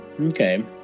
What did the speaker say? Okay